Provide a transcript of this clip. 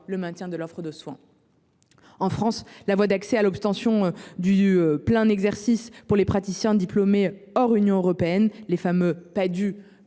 le maintien de l’offre de soins. En France, la voie d’accès à l’obtention du plein exercice pour les praticiens à diplôme hors Union européenne (Padhue) est